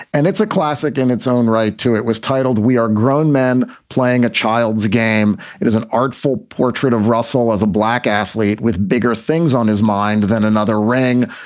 and it's a classic in its own right. two, it was titled we are grown men playing a child's game. it is an artful portrait of russell as a black athlete with bigger things on his mind than another ring,